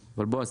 בוועדה, כמובן.